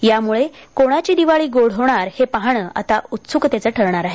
त्यामुळे कोणाची दिवाळी गोड होणार हे पाहणं आता उत्सुकतेचं ठरणार आहे